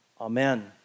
Amen